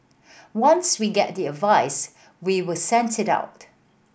once we get the advice we will send it out